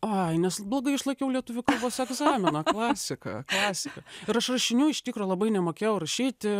ai nes blogai išlaikiau lietuvių kalbos egzaminą klasika klasika ir aš rašinių iš tikro labai nemokėjau rašyti